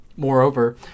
Moreover